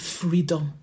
freedom